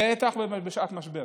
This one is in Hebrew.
בטח בשעת משבר.